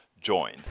join